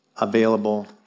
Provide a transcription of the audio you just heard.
available